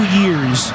years